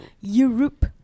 Europe